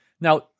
Now